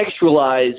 contextualize